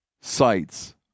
sites